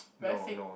very sick